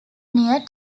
near